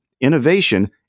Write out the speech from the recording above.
innovation